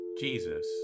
Jesus